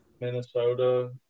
Minnesota